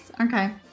okay